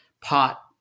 pot